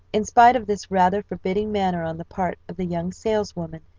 in spite of this rather forbidding manner on the part of the young saleswoman,